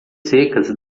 secas